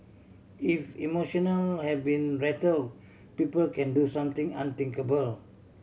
if emotional have been rattle people can do something unthinkable